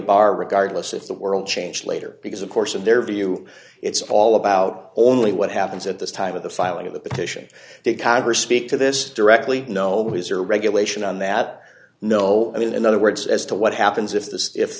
regardless if the world changed later because of course of their view it's all about only what happens at this time of the filing of the petition to congress speak to this directly no his or regulation on that no i mean in other words as to what happens if this if